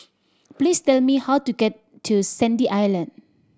please tell me how to get to Sandy Island